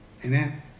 Amen